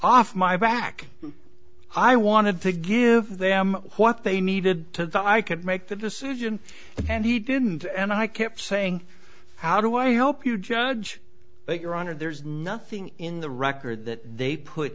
off my back i wanted to give them what they needed to that i could make that decision and he didn't and i kept saying how do i help you judge but your honor there's nothing in the record that they put